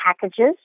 packages